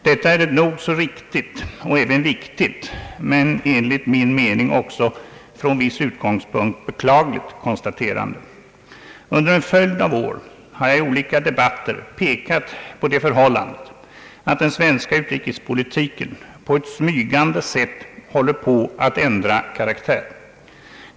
Detta är nog så riktigt och även viktigt men enligt min mening också från viss utgångspunkt beklagligt konstaterande. Under en följd av år har jag i olika debatter pekat på det förhållandet att den svenska utrikespolitiken på ett smygande sätt håller på att ändra karaktär.